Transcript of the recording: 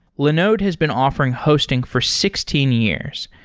linode has been offering hosting for sixteen years,